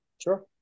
Sure